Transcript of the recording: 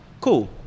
cool